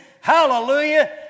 hallelujah